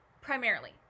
primarily